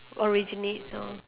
originates oh